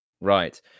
right